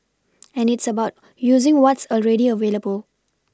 and it's about using what's already available